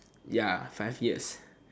ya five years